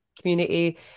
community